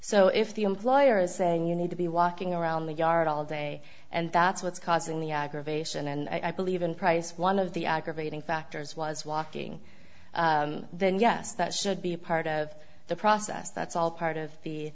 so if the employer is saying you need to be walking around the yard all day and that's what's causing the aggravation and i believe in price one of the aggravating factors was walking then yes that should be a part of the process that's all part of the